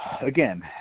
again